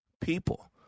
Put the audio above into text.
people